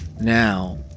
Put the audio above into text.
now